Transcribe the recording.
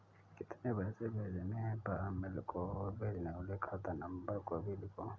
कितने पैसे भेजने हैं फॉर्म में लिखो और भेजने वाले खाता नंबर को भी लिखो